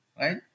right